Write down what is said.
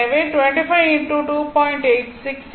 எனவே 25 x 2